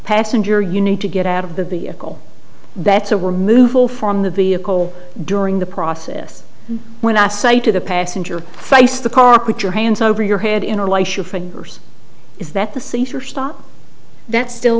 passenger you need to get out of the vehicle that's a removal from the vehicle during the process when i say to the passenger face the car put your hands over your head in a why should fingers is that the seizure stop that's still